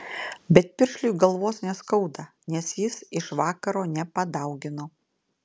bet piršliui galvos neskauda nes jis iš vakaro nepadaugino